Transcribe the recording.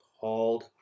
called